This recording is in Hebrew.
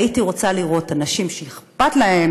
והייתי רוצה לראות אנשים שאכפת להם